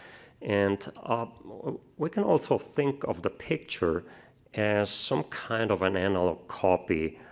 and ah we can also think of the picture as some kind of an analog copy